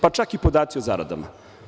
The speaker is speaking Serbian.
Pa čak i podaci o zaradama.